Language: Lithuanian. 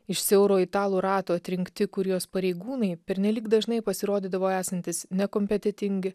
iš siauro italų rato atrinkti kurijos pareigūnai pernelyg dažnai pasirodydavo esantys nekompetentingi